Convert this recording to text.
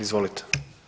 Izvolite.